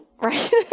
Right